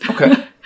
Okay